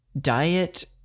diet